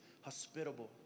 hospitable